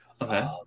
Okay